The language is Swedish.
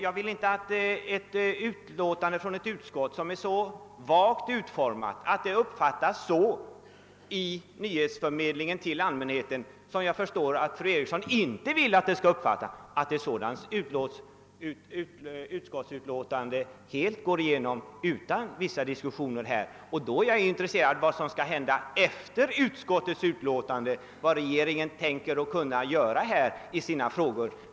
Jag vill inte att ett utskottsutlåtande, som är så vagt utformat att det i nyhetsförmedlingen till allmänheten uppfattas på ett sätt som jag förstår att fru Eriksson i Stockholm inte önskar, skall gå igenom utan vissa diskussioner här i kammaren. Därför är jag intresserad av vad som skall hända efteråt, d.v.s. av vad regeringen tänker göra.